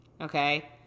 okay